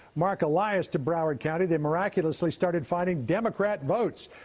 marc elias, to broward county they miraculously started finding democrat votes.